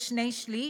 כשני-שלישים,